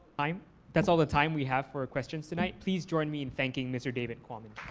um that's all the time we have for questions tonight. please join me in thanking mr. david quammen.